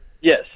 Yes